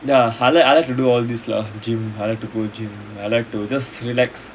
ya I like I like to do all these lor gym I like to go gym I like to just relax